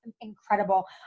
incredible